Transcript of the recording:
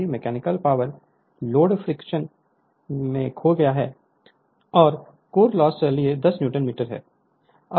यदि mechanical torque friction में खो गया और कोर लॉस लिए 10 न्यूटन मीटर है